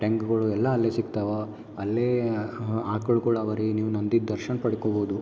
ಟೆಂಗ್ಗಳು ಎಲ್ಲ ಅಲ್ಲೇ ಸಿಗ್ತಾವ ಅಲ್ಲೇ ಆಕಳ್ಗಳು ಅವಾರೀ ನೀವು ನಂದಿದು ದರ್ಶನ ಪಡ್ಕೋಬೋದು